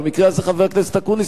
במקרה הזה חבר הכנסת אקוניס,